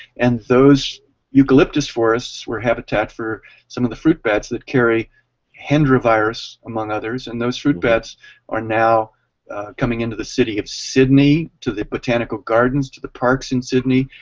and those eucalyptus forests were habitat for some of the fruit bats that carry hendra virus, among others and those fruit bats are now coming into the city. to sydney, to the botanical gardens, to the parks in sydney.